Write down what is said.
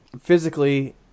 physically